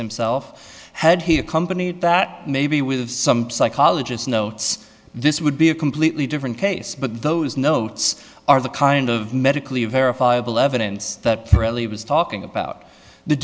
him self had he accompanied that maybe with some psychologist notes this would be a completely different case but those notes are the kind of medically verifiable evidence that really was talking about the